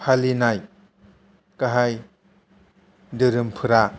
फालिनाय गाहाय धोरोमफोरा